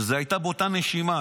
זה היה באותה נשימה,